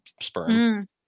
sperm